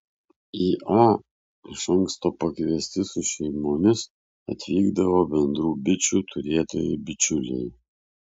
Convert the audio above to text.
į a iš anksto pakviesti su šeimomis atvykdavo bendrų bičių turėtojai bičiuliai